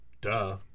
Duh